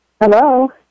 Hello